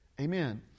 Amen